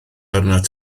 arnat